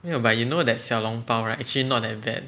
没有 but you know that 小笼包 right actually not that bad